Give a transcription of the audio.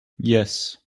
yes